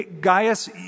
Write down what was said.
Gaius